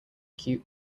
cute